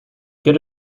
get